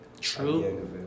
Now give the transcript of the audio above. True